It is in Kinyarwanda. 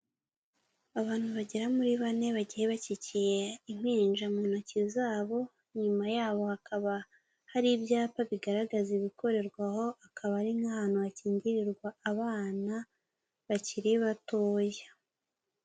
Abantu bagera muri bane bagiye bakigikiye impinja mu ntoki zabo, inyuma yaho hakaba hari ibyapa bigaragaza ibikorerwa aho, akaba ari nk'ahantu hakingirirwa abana bakiri batoya.